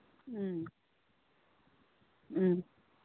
ꯎꯝ ꯎꯝ